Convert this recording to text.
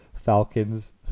Falcons